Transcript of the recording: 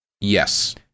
Yes